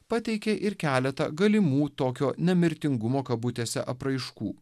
pateikė ir keletą galimų tokio nemirtingumo kabutėse apraiškų